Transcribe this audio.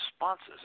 responses